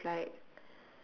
then it's like